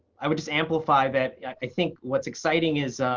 i would just amplify that i think what's exciting is,